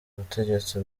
ubutegetsi